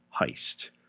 heist